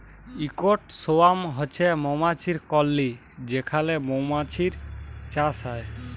ইকট সোয়ার্ম হছে মমাছির কললি যেখালে মধুমাছির চাষ হ্যয়